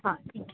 हां ठीक आहे